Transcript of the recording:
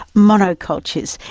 monocultures.